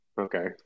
okay